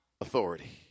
authority